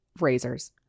razors